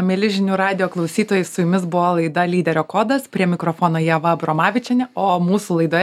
mieli žinių radijo klausytojai su jumis buvo laida lyderio kodas prie mikrofono ieva abromavičienė o mūsų laidoje